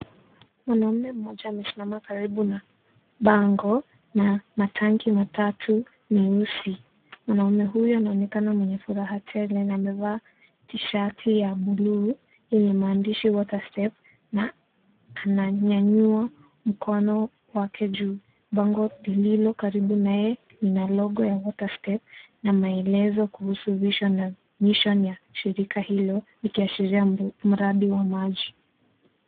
Mwanaume mmoja amesimama karibu na bango na matangi matatu meusi, mwanaume huyo anaonekana mwenye furaha tele na amevaa tishati ya bluu yenye maandishi waterstep na ananyanyua mkono wake juu, bango lililo karibu na yeye lina logo ya WaterStep na maelezo kuhusu mission ya shirika hilo likiashiria mradi wa maji.